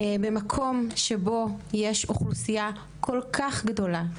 במקום שבו יש אוכלוסייה כל-כך גדולה,